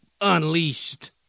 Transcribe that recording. Unleashed